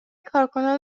کارکنان